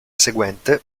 seguente